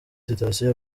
sitasiyo